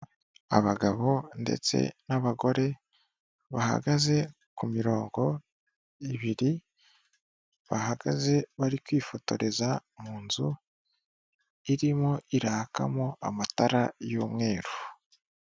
Abagabo ndetse n'abagore bahagaze ku mirongo ibiri, bahagaze bari kwifotoreza mu nzu irimo irakamo amatara y'umweru.